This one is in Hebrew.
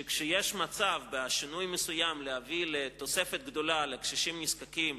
שכשיש מצב בשינוי מסוים להביא לתוספת גדולה לקשישים נזקקים,